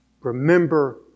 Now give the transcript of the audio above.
Remember